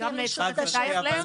וגם חבר הכנסת אייכלר,